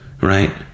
right